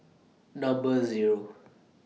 Number Zero